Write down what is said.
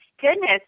goodness